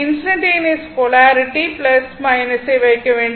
instantaneous polarity ஐ வைக்க வேண்டும்